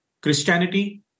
Christianity